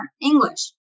English